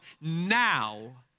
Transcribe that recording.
now